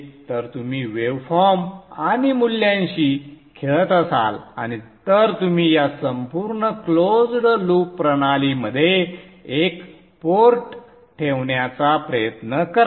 तर तुम्ही waveform आणि मूल्यांशी खेळत असाल आणि तर तुम्ही या संपूर्ण क्लोज्ड लूप प्रणाली मध्ये एक पोर्ट ठेवण्याचा प्रयत्न कराल